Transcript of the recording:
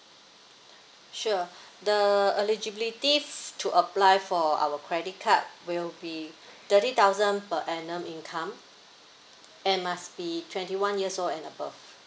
sure the eligibility f~ to apply for our credit card will be thirty thousand per annum income and must be twenty one years old and above